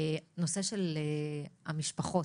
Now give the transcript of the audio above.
הנושא של המשפחות,